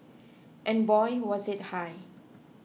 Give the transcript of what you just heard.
and boy was it high